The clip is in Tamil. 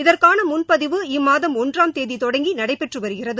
இதற்கான முன்பதிவு இம்மாதம் ஒன்றாம் தேதி தொடங்கி நடைபெற்று வருகிறது